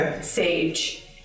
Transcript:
Sage